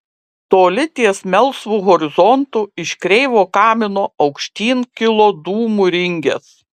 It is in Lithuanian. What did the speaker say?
toli ties melsvu horizontu iš kreivo kamino aukštyn kilo dūmų ringės